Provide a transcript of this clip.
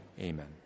Amen